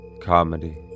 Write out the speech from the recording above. comedy